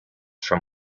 from